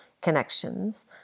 connections